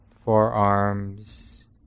forearms